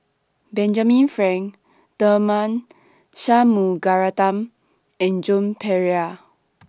Benjamin Frank Tharman Shanmugaratnam and Joan Pereira